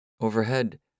Overhead